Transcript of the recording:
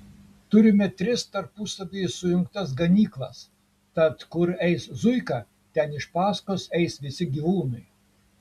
turime tris tarpusavyje sujungtas ganyklas tad kur eis zuika ten iš paskos eis visi gyvūnai